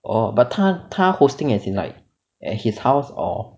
orh but 他他 hosting as in like at his house or